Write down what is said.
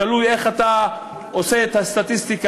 תלוי איך אתה עושה את הסטטיסטיקה,